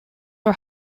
are